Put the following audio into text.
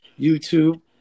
YouTube